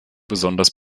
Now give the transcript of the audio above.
besonders